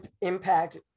Impact